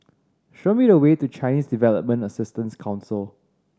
show me the way to Chinese Development Assistance Council